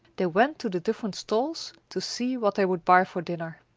they went to the different stalls to see what they would buy for dinner.